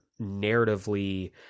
narratively